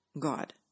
God